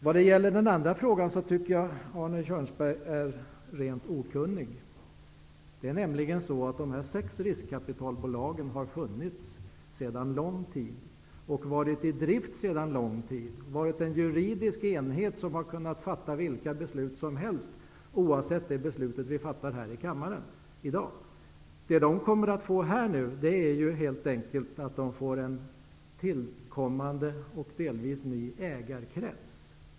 Vad gäller den andra frågan tycker jag att Arne Kjörnsberg är rent okunnig. De sex riskkapitalbolagen har nämligen funnits länge. De har varit i drift sedan lång tid tillbaka och har varit en juridisk enhet, som har kunnat fatta vilka beslut som helst, oavsett det beslut som vi fattar här i kammaren i dag. Det som de nu kommer att få är helt enkelt en tillkommande, delvis ny ägarkrets.